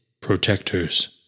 Protectors